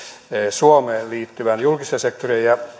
suomeen liittyvän julkista sektoria ja